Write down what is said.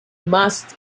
must